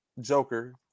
Joker